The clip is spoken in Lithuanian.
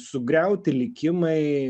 sugriauti likimai